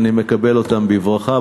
אני מקבל אותם בברכה,